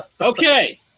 Okay